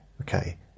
Okay